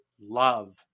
love